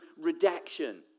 redaction